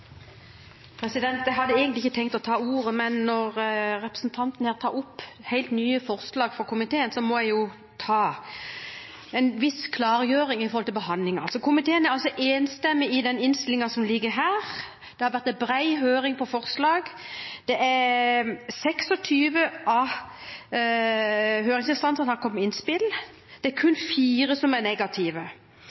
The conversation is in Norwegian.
komiteen, må jeg foreta en viss klargjøring med tanke på behandlingen. Komiteen er altså enstemmig i den innstillingen som ligger her. Det har vært en bred høring på forslaget, og 26 høringsinstanser har kommet med innspill. Det er kun fire som er negative,